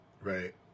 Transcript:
Right